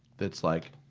that's like.